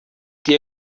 die